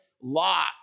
law